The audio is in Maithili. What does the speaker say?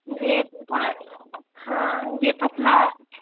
जे हँ जे पतला